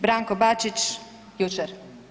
Branko Bačić, jučer.